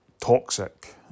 toxic